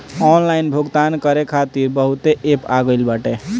online भुगतान करे खातिर बहुते एप्प आ गईल बाटे